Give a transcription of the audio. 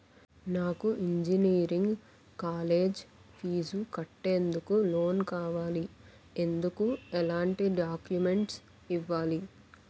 నాకు engineering college fees కట్టేందుకు loan కావాలి, ఎందుకు ఎలాంటి డాక్యుమెంట్స్ ఇవ్వాలి?